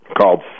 called